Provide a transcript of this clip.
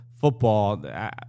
football